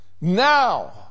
now